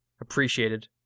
appreciated